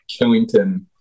Killington